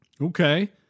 Okay